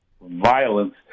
violence